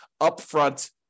upfront